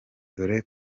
dore